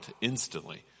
instantly